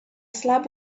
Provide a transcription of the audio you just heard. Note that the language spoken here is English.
slab